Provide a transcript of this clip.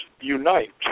unite